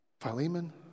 Philemon